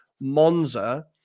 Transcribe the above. monza